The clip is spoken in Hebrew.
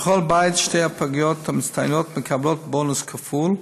בכל בתי שתי הפגיות המצטיינות מקבלות בונוס כפול,